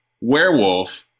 Werewolf